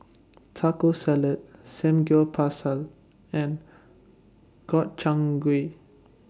Taco Salad Samgyeopsal and Gobchang Gui